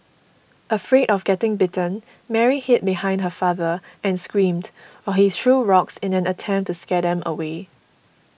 afraid of getting bitten Mary hid behind her father and screamed while he threw rocks in an attempt to scare them away